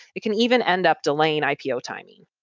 it can even end up delaying ipo timing.